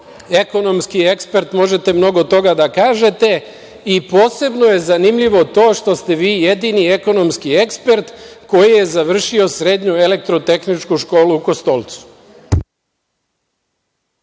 ekonomski ekspert možete mnogo toga da kažete. Posebno je zanimljivo to što ste vi jedini ekonomski ekspert koji je završio srednju elektro-tehničku školu u Kostolcu.